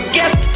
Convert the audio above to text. get